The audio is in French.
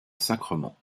sacrement